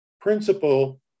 principle